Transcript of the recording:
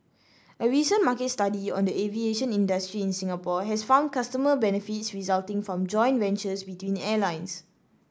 a recent market study on the aviation industry in Singapore has found consumer benefits resulting from joint ventures between airlines